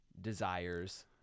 desires